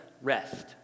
rest